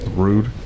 rude